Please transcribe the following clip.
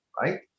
right